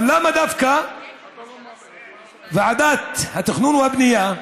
אבל למה ועדת התכנון והבנייה,